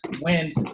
wins